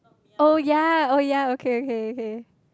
oh ya oh ya okay okay okay